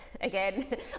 again